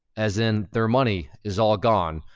as in, their money is all gone.